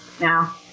Now